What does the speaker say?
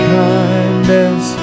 kindness